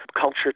culture